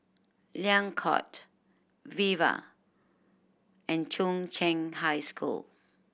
Liang Court Viva and Chung Cheng High School